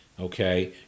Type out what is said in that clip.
Okay